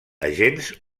agents